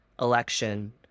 election